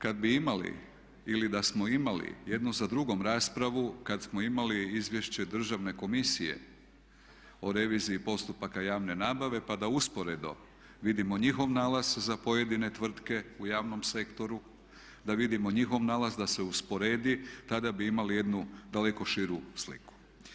Kada bi imali ili da smo imali jednu za drugom raspravu kada smo imali izvješće države komisije o reviziji postupaka javne nabave pa da usporedo vidimo njihov nalaz za pojedine tvrtke u javnom sektoru, da vidimo njihov nalaz, da se usporedi, tada bi imali jednu daleko širu sliku.